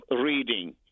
reading